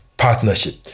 partnership